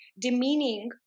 demeaning